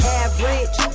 average